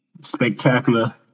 spectacular